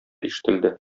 ишетелде